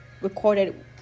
recorded